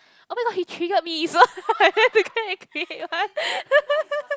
oh-my-god he triggered me so I went to go and create one